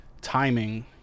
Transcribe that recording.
timing